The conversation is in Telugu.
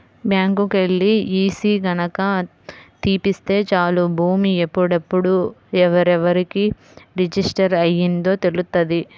బ్యాంకుకెల్లి ఈసీ గనక తీపిత్తే చాలు భూమి ఎప్పుడెప్పుడు ఎవరెవరికి రిజిస్టర్ అయ్యిందో తెలుత్తది